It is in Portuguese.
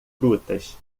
frutas